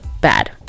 bad